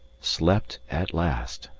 slept at last!